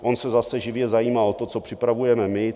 On se zase živě zajímá o to, co připravujeme my.